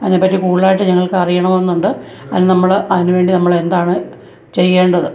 അതിനെപ്പറ്റി കൂടുതലായിട്ട് ഞങ്ങൾക്ക് അറിയണമെന്നുണ്ട് അതിന് നമ്മള് അതിനുവേണ്ടി നമ്മളെന്താണ് ചെയ്യേണ്ടത്